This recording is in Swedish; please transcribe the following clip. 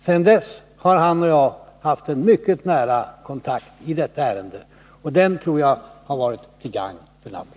Sedan dess har han och jag haft en mycket nära kontakt i detta ärende, och den tror jag har varit till gagn för landet.